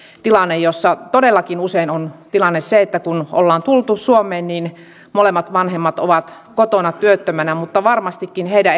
tilanne todellakin usein on tilanne se että kun ollaan tultu suomeen niin molemmat vanhemmat ovat kotona työttöminä mutta varmastikin heidän